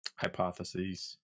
hypotheses